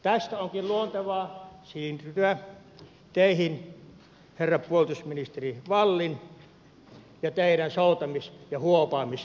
tästä onkin luontevaa siirtyä teihin herra puolustusministeri wallin ja teidän soutamis ja huopaamisleikkiinne